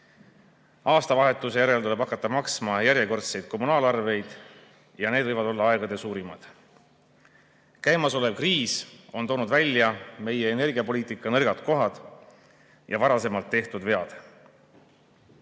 Aastavahetuse järel tuleb hakata maksma järjekordseid kommunaalarveid ja need võivad olla aegade suurimad. Käimasolev kriis on toonud välja meie energiapoliitika nõrgad kohad ja varasemalt tehtud vead.